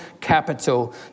capital